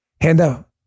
handout